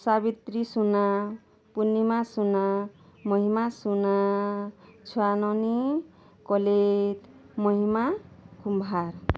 ସାବିତ୍ରୀ ସୁନା ପୂର୍ଣ୍ଣିମା ସୁନା ମହିମା ସୁନା ସ୍ୱାନନି କଲିତ୍ ମହିମା କୁମ୍ଭାର୍